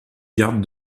garde